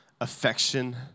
affection